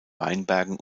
weinbergen